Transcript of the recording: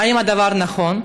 1. האם נכון הדבר?